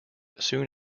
soon